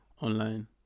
online